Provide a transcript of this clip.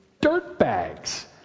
dirtbags